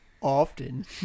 Often